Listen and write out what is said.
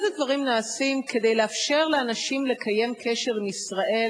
כדי לאפשר לאנשים לקיים קשר עם ישראל